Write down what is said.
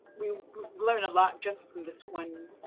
we learned a lot just from this one